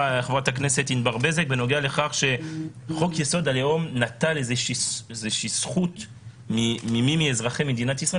ענבר בזק לפיה חוק-יסוד: הלאום נטל זכות ממי מאזרחי מדינת ישראל.